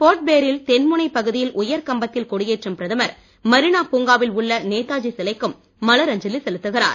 போர்ட்பிளே ரின் தென்முனைப் பகுதியில் உயிர் கம்பத்தில் கொடியேற்றும் பிரதமர் மரீனா பூங்காவில் உள்ள நேதாஜி சிலைக்கும் மலர் அஞ்சலி செலுத்துகிறார்